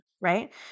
Right